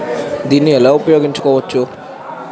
దీన్ని ఎలా ఉపయోగించు కోవచ్చు?